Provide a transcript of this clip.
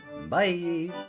bye